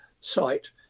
site